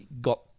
got